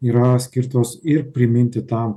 yra skirtos ir priminti tam